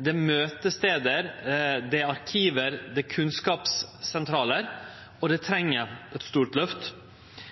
Det er møtestader, det er arkiv, det er kunnskapssentralar, og dei treng eit stort løft.